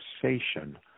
conversation